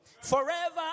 Forever